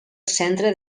centre